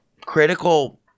critical